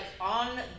on